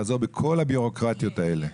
לעזור בכל הבירוקרטיות האלה.